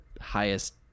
highest